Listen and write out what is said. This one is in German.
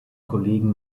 kollegen